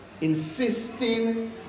insisting